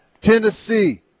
Tennessee